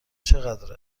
چقدر